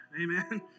Amen